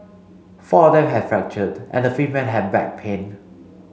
four of them had fractured and the fifth man had back pain